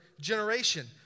generation